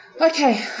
Okay